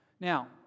Now